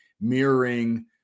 mirroring